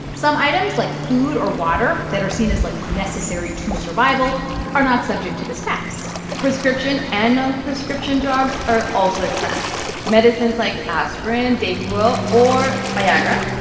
some items, like food or water, that are seen as, like, necessary to survival are not subject to this tax prescription and nonprescription drugs are also exempt medicines like aspirin, dayquil or viagra,